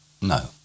no